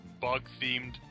Bug-themed